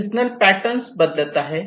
seasonal pattern बदलत आहे